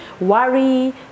worry